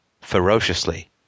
ferociously